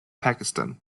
pakistan